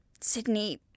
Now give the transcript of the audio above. Sydney